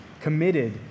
committed